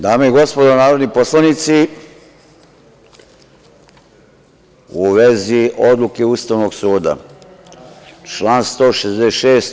Dame i gospodo narodni poslanici, u vezi odluke Ustavnog suda – član 166.